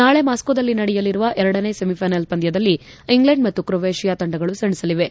ನಾಳೆ ಮಾಸ್ನೊದಲ್ಲಿ ನಡೆಯಲಿರುವ ಎರಡನೇ ಸೆಮಿಫ್ಲೆನಲ್ ಪಂದ್ಲದಲ್ಲಿ ಇಂಗ್ಲೆಂಡ್ ಮತ್ತು ಕ್ರೊವೇಷಿಯಾ ತಂಡಗಳು ಸೆಣಸಲಿವೆ